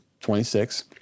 26